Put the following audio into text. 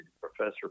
professor